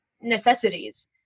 necessities